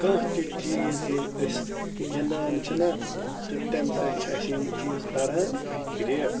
کانٛہہ تہِ چیٖز ییٚلہِ أسۍ گِنٛدان چھِنہ تہٕ تَمہِ سۭتۍ چھِ اَسہِ یِم چیٖز تَران فِکرِ